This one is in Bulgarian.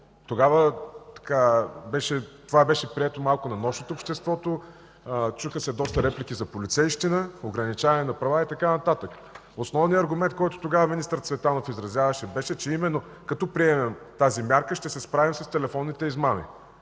Тогава това беше прието малко на нож от обществото, чуха се доста реплики за полицейщина, ограничаване на права и така нататък. Основният аргумент, който тогава министър Цветанов изразяваше, беше, че именно като приемем тази мярка, ще се справим с телефонните измами.